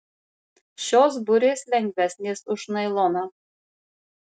šios burės lengvesnės už nailoną